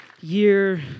year